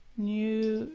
new